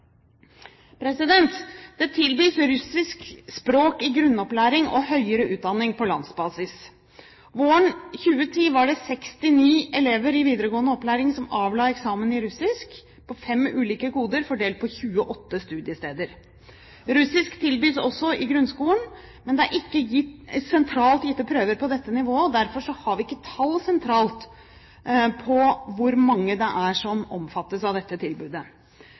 Det tilbys russisk språk i grunnopplæring og høyere utdanning på landsbasis. Våren 2010 var det 69 elever i videregående opplæring som avla eksamen i russisk på fem ulike koder fordelt på 28 studiesteder. Russisk tilbys også i grunnskolen, men det er ikke sentralt gitte prøver på dette nivået, derfor har vi ikke tall på sentralt nivå for hvor mange som omfattes av dette tilbudet.